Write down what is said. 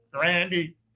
Randy